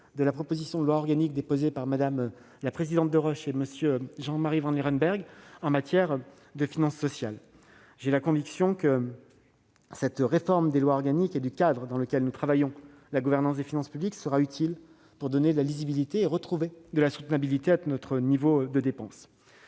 de la proposition de loi organique déposée par Mme la présidente Deroche et M. Jean-Marie Vanlerenberghe en matière de finances sociales. J'ai la conviction que cette réforme des lois organiques et du cadre dans lequel s'inscrit la gouvernance des finances publiques sera utile pour recouvrer de la lisibilité et rendre à notre niveau de dépenses